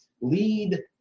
lead